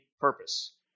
purpose